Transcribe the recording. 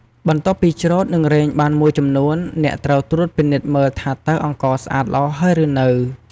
បន្ទាប់ពីច្រូតនិងរែងបានមួយចំនួន អ្នកត្រូវត្រួតពិនិត្យមើលថាតើអង្ករស្អាតល្អហើយឬនៅ។